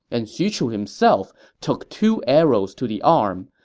and xu chu himself took two arrows to the arm.